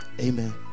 Amen